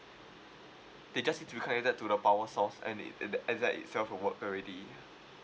they just need to be connected to the power source and it and that and that itself will work already